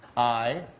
i,